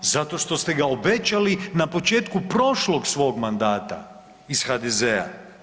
Zato što ste ga obećali na početku prošlog svog mandata iz HDZ-a.